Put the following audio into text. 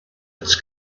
its